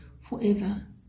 forever